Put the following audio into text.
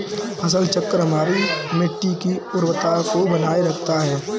फसल चक्र हमारी मिट्टी की उर्वरता को बनाए रखता है